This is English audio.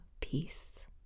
peace